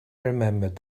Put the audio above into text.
remembered